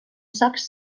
sacs